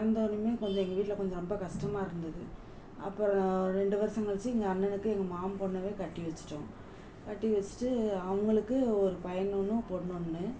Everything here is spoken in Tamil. இறந்தோனையுமே கொஞ்சம் எங்கள் வீட்டில கொஞ்சம் ரொம்ப கஷ்டமாக இருந்தது அப்புறம் ஒரு ரெண்டு வருஷம் கழிச்சு எங்கள் அண்ணனுக்கு எங்கள் மாமன் பொண்ணையே கட்டி வச்சிட்டோம் கட்டி வச்சிட்டு அவங்களுக்கு ஒரு பையன் ஒன்று பொண்ணொன்று